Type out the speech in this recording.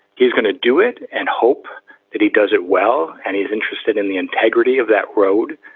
he's going to do it and hope that he does it well and he's interested in the integrity of that road.